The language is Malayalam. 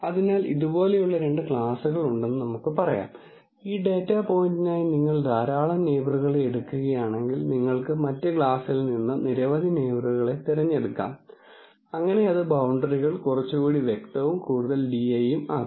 അതിനാൽ ഇതുപോലുള്ള രണ്ട് ക്ലാസുകൾ ഉണ്ടെന്ന് നമുക്ക് പറയാം ഈ ഡാറ്റാ പോയിന്റിനായി നിങ്ങൾ ധാരാളം നെയിബറുകളെ എടുക്കുകയാണെങ്കിൽ നിങ്ങൾക്ക് മറ്റ് ക്ലാസിൽ നിന്ന് നിരവധി നെയിബറുകളെ തിരഞ്ഞെടുക്കാം അങ്ങനെ അത് ബൌണ്ടറികൾ കുറച്ചുകൂടി വ്യക്തവും കൂടുതൽ di യും ആക്കും